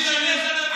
50,